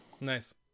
Nice